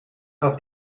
auf